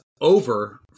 over